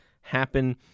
happen